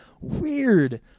Weird